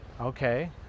Okay